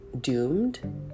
doomed